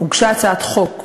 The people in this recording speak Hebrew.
הוגשה הצעת חוק.